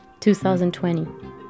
2020